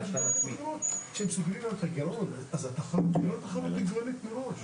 לשרת הכלכלה שאני מאוד מקווה שהיא תקבל את ההמלצות